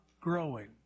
growing